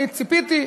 אני ציפיתי,